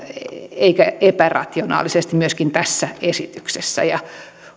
eikä epärationaalisesti myöskin tässä esityksessä